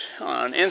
on